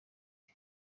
bwe